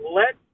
let